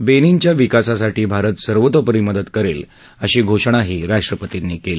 बेनिनच्या विकासासाठी भारत सर्वतोपरी मदत करेल अशी घोषणा राष्ट्रपर्तींनी केली